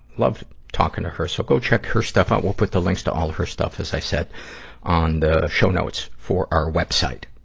loved talking to her. so go check her stuff out. we'll put the links to all of her stuff, as i said on the show notes for our web site.